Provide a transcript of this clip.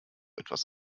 etwas